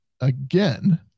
again